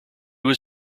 was